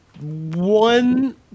one